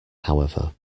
however